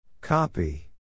Copy